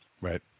Right